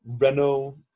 Renault